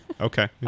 Okay